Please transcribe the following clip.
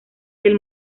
del